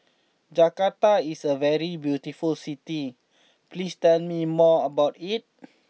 Jakarta is a very beautiful city please tell me more about it